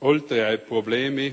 Oltre ai problemi